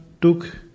took